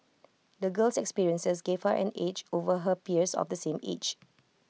the girl's experiences gave her an edge over her peers of the same age